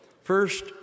First